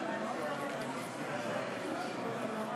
כולו שתי דקות ליד שולחן הממשלה,